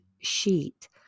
sheet